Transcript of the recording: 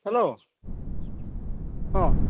hello अ